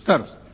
starosti